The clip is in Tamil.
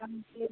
ஆ சரி